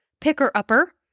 picker-upper